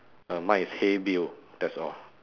err mine is hey bill that's all